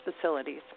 facilities